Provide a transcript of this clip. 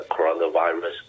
coronavirus